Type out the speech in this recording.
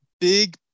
Big